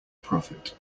profit